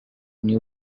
new